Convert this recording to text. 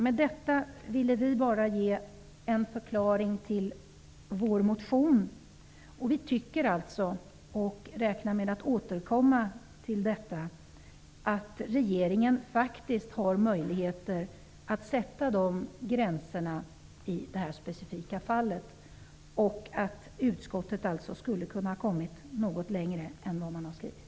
Med detta har vi bara velat ge en förklaring till vår motion. Vi tycker alltså -- och räknar med att återkomma till detta -- att regeringen faktiskt har möjligheter att sätta de gränserna i det här specifika fallet. Utskottet skulle alltså ha kunnat nå något längre än man gjort i sin skrivning.